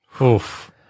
Oof